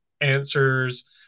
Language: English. answers